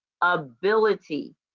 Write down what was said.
ability